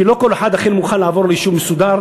כי לא כל אחד אכן מוכן לעבור ליישוב מסודר.